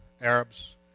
Arabs